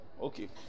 Okay